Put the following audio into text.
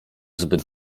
zbyt